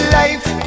life